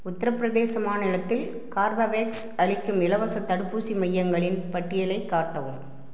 உத்தரப்பிரதேச மாநிலத்தில் கார்பவேக்ஸ் அளிக்கும் இலவசத் தடுப்பூசி மையங்களின் பட்டியலைக் காட்டவும்